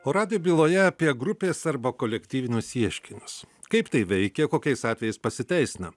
o radije byloje apie grupės arba kolektyvinius ieškinius kaip tai veikia kokiais atvejais pasiteisina